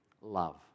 love